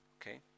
okay